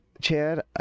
Chad